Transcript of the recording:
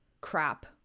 crap